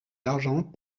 l’argent